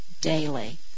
daily